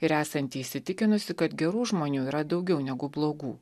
ir esanti įsitikinusi kad gerų žmonių yra daugiau negu blogų